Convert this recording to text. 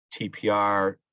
TPR